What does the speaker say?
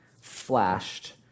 flashed